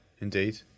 indeed